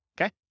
okay